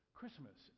Christmas